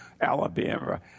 alabama